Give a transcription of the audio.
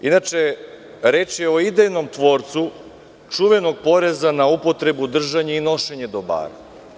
Inače, reč je o idejnom tvorcu čuvenog poreza na upotrebu, držanje i nošenje dobara.